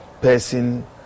person